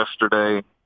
yesterday